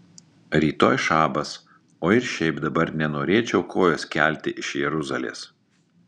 rytoj šabas o ir šiaip dabar nenorėčiau kojos kelti iš jeruzalės